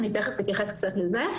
ותיכף אתייחס קצת לזה.